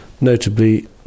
notably